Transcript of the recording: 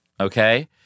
Okay